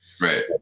Right